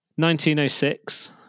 1906